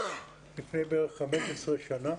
לפני בערך 15 שנה,